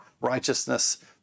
righteousness